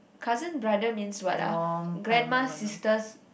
cousin brother means what ah grandma sister's